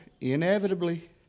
Inevitably